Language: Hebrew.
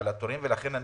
לכן,